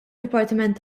dipartiment